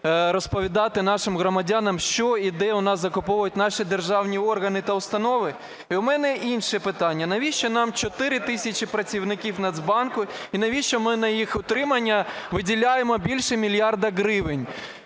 розповідати нашим громадянам, що і де у нас закуповують наші державні органи та установи? І у мене інше питання: навіщо нам 4 тисячі працівників Нацбанку? І навіщо ми на їх утримання виділяємо більше мільярда гривень,